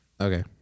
Okay